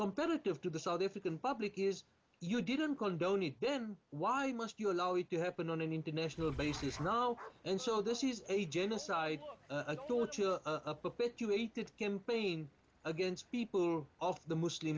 competitive to the south african public is you didn't condone it then why must you allow it to happen on an international basis now and so this is a genocide a campaign against people off the